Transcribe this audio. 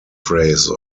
phrase